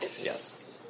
Yes